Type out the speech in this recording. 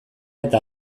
eta